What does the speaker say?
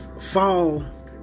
fall